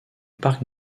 parc